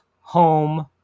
home